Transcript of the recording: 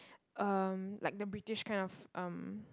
um like the British kind of um